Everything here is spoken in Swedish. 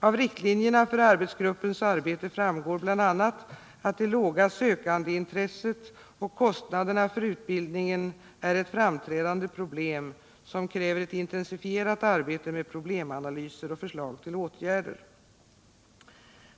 Av riktlinjerna för arbetsgruppens arbete framgår bl.a. att det låga sökandeintresset och kostnaderna för utbildningen är ett framträdande problem som kräver ett intensifierat arbete med problemanalyser och förslag till åtgärder.